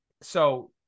So-